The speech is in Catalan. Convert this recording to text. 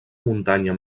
muntanya